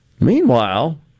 Meanwhile